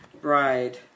bride